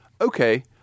okay